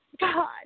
God